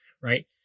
right